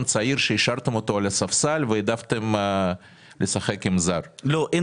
צעיר שהשארתם אותו לספסל והעדפתם לשחק עם זר?